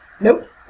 Nope